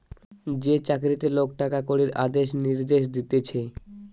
যে চাকরিতে লোক টাকা কড়ির আদেশ নির্দেশ দিতেছে